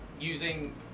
using